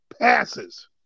passes